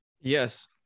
Yes